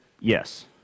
Yes